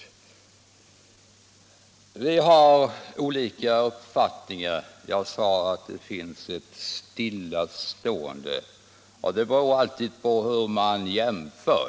Herr Antonsson och jag har olika uppfattningar. Jag sade att det har varit ett stillastående. Här beror allt på hur man jämför.